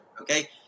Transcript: Okay